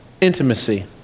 intimacy